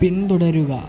പിന്തുടരുക